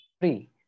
free